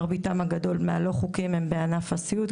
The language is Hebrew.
מרביתם הגדול מהעובדים הלא חוקיים הם בענף הסיעוד,